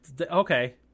okay